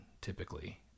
typically